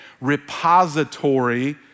repository